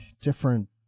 different